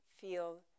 feel